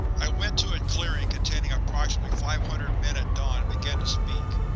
i went to a clearing containing approximately five hundred men at dawn and began to speak.